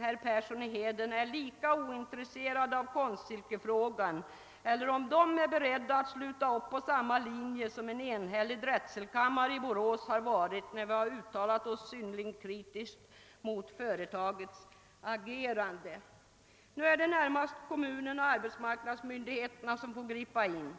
herr Persson i Heden är lika ointresserade av Konstsilkefrågan som herr Magnusson eller om de är beredda att sluta upp på samma linje som en enhällig drätselkammare i Borås, vilken uttalat sig kritiskt mot företagets agerande. Nu är det närmast kommunen och arbetsmarknadsmyndigheterna som får gripa in.